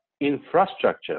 infrastructure